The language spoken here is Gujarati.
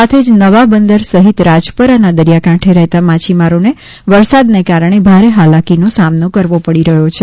સાથે જ નવા બંદર સહિત રાજપરાના દરિયાકાંઠે રહેતા માછીમારોને વરસાદને કારણે ભારે હાલાકીનો સામનો કરવો પડી રહ્યો છે